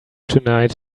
tonight